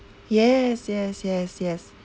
yes yes yes yes